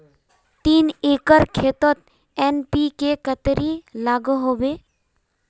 तीन एकर खेतोत एन.पी.के कतेरी लागोहो होबे?